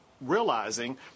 realizing